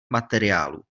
materiálů